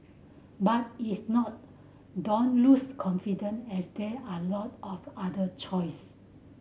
but if not don't lose confidence as there are lot of other choice